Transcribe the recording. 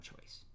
choice